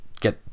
get